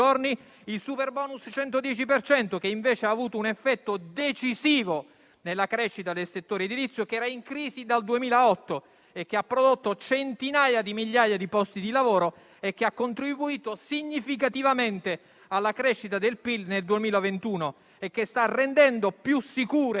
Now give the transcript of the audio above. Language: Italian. il superbonus 110 per cento, che invece ha avuto un effetto decisivo nella crescita del settore edilizio, in crisi dal 2008, ha generato centinaia di migliaia di posti di lavoro, ha contribuito significativamente alla crescita del PIL nel 2021, sta rendendo le nostre